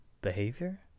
behavior